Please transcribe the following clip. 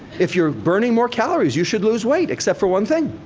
if you're burning more calories you should lose weight, except for one thing.